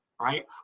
right